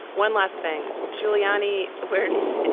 one last thing. giuliani where it is.